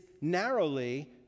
narrowly